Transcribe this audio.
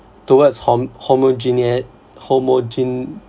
towards hom~ homogeneous